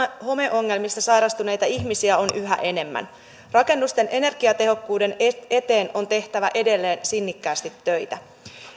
homeongelmista sairastuneita ihmisiä on yhä enemmän rakennusten energiatehokkuuden eteen on tehtävä edelleen sinnikkäästi töitä